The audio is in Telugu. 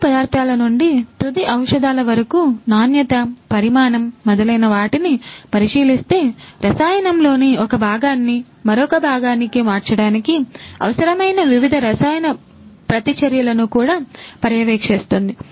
ముడి పదార్థాల నుండి తుది ఔషధాల వరకు నాణ్యత పరిమాణం మొదలైనవాటిని పరిశీలిస్తే రసాయనంలోని ఒక భాగాన్ని మరొక భాగానికి మార్చడానికి అవసరమైన వివిధ రసాయన ప్రతిచర్యలను కూడా పర్యవేక్షిస్తుంది